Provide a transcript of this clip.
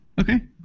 Okay